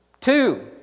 Two